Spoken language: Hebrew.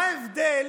מה ההבדל